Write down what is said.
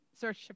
search